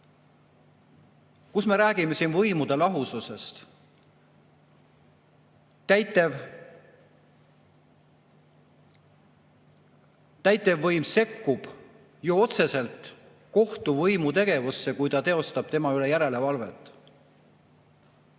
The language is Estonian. me räägime siin võimude lahususest? Täitevvõim sekkub ju otseselt kohtuvõimu tegevusse, kui ta teostab tema üle järelevalvet. Aga